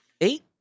eight